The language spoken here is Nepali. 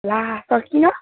ला सर किन